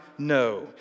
No